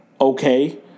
okay